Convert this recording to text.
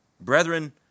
Brethren